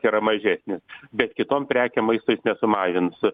yra mažesnis bet kitom prekėm maisto jis nesumažins